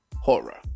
Horror